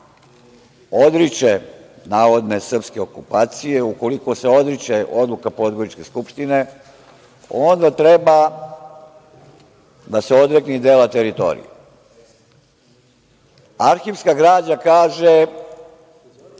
odriče navodne srpske okupacije, ukoliko se odriče odluka Podgoričke skupštine, onda treba da se odrekne i dela teritorije. Arhivska građa kaže